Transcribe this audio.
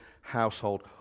household